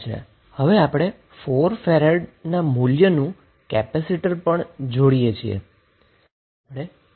તો હવે આપણે 4 ફેરાડેના મૂલ્યનું કેપેસિટર પણ જોડીએ છીએ